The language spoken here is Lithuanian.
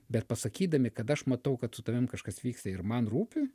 bet pasakydami kad aš matau kad su tavim kažkas vyksta ir man rūpi